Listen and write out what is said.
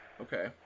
Okay